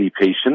patient